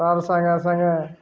ତାହାର ସାଙ୍ଗ ସାଙ୍ଗେ